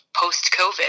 post-COVID